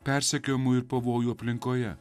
persekiojamų ir pavojų aplinkoje